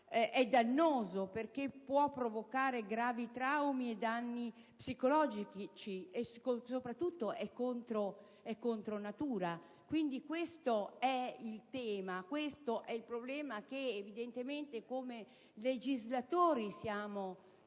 è dannoso, perché può provocare gravi traumi e danni psicologici, e soprattutto è contro natura. Questo è il tema, e questo è il problema che come legislatori siamo chiamati